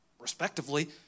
respectively